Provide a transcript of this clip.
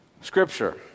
Scripture